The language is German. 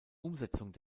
umsetzung